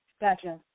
Gotcha